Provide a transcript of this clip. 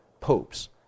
popes